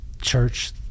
church